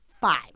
five